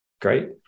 Great